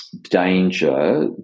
danger